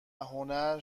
هنر